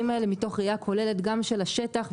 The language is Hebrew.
האלה מתוך ראייה כוללת גם של השטח,